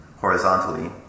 horizontally